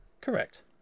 Correct